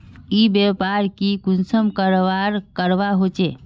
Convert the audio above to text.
ई व्यापार की कुंसम करवार करवा होचे?